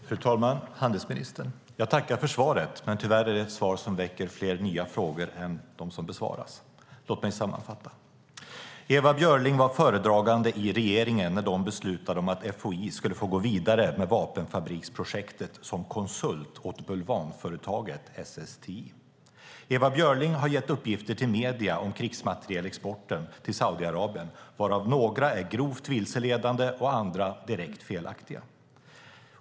Fru talman och handelsministern! Jag tackar för svaret, men tyvärr är det ett svar som väcker fler nya frågor än det besvarar. Låt mig sammanfatta. Ewa Björling var föredragande i regeringen när den beslutade att FOI skulle få gå vidare med vapenfabriksprojektet som konsult åt bulvanföretaget SSTI. Ewa Björling har gett uppgifter till medierna om krigsmaterielexporten till Saudiarabien, varav några är grovt vilseledande och andra direkt felaktiga.